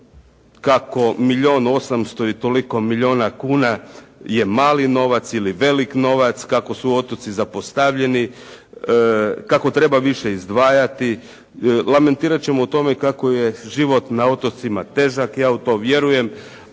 kako milijardu 800 i toliko milijuna kuna je mali novac ili veliki novac, kako su otoci zapostavljeni, kako treba više izdvajati, lamentirat ćemo o tome kako je život na otocima težak. Ja u to vjerujem,